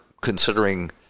considering